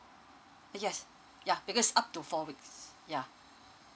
yes yeah because up to four weeks yeah